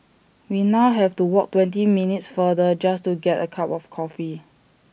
we now have to walk twenty minutes farther just to get A cup of coffee